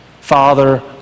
father